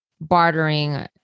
bartering